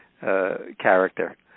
character